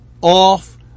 off